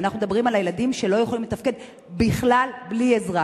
ואנחנו מדברים על ילדים שלא יכולים לתפקד בכלל בלי עזרה.